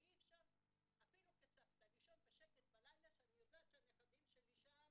ואי אפשר אפילו כסבתא לישון בשקט בלילה כשאני יודעת שהנכדים שלי שם,